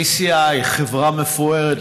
ECI היא חברה מפוארת.